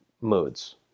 moods